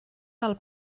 del